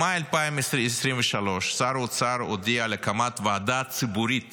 במאי 2023 שר האוצר הודיע על הקמת ועדה ציבורית